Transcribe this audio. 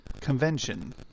convention